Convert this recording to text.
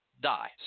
die